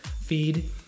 feed